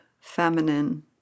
feminine